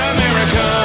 America